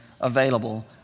available